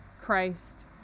Christ